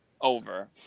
over